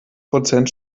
prozent